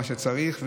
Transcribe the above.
מה שצריך.